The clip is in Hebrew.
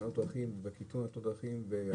תאונת דרכים וקיטון במספר תאונות הדרכים.